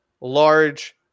large